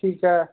ਠੀਕ ਹੈ